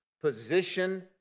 position